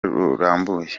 rurambuye